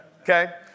okay